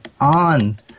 on